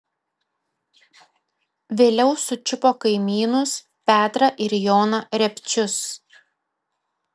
vėliau sučiupo kaimynus petrą ir joną repčius